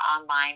online